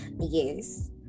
Yes